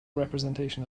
representation